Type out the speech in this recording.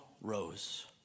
rose